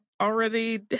Already